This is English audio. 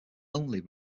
only